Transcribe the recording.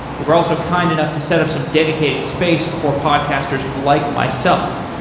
they were also kind enough to set up some dedicated space for podcasters like myself.